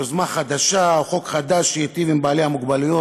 יוזמה חדשה או חוק חדש שייטיבו עם בעלי המוגבלויות,